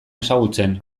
ezagutzen